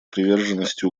приверженности